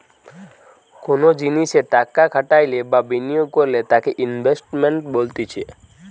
কোনো জিনিসে টাকা খাটাইলে বা বিনিয়োগ করলে তাকে ইনভেস্টমেন্ট বলতিছে